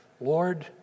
Lord